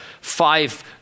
five